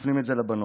מפנים את זה לבנות.